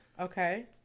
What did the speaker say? Okay